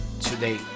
today